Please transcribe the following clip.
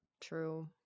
true